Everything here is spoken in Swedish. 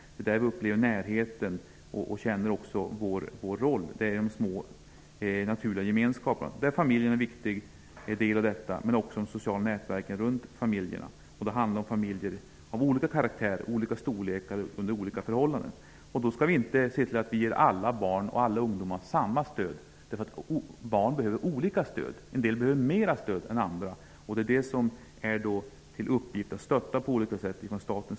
Där känner vi närheten och upplever vår roll. Familjen är en viktig del i detta men också de sociala nätverken runt familjerna. Det handlar om familjer av olika karaktär och storlekar under olika förhållanden. Vi skall i dessa sammanhang inte syfta till att ge alla barn och ungdomar samma stöd, eftersom barn behöver olika mycket stöd. En del behöver mera stöd än andra, och det är en uppgift för staten att på olika sätt ge sådant stöd.